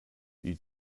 die